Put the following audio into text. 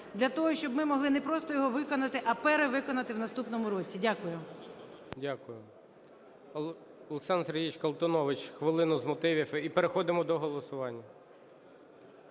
для того, щоб ми могли не просто його виконати, а перевиконати в наступному році. Дякую.